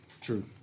True